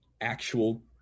actual